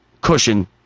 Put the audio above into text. cushion